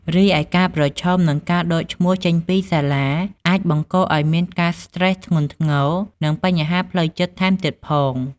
រីឯ ការប្រឈមនឹងការដកឈ្មោះចេញពីសាលា អាចបង្កឲ្យមានការស្ត្រេសធ្ងន់ធ្ងរ និងបញ្ហាផ្លូវចិត្តថែមទៀតផង។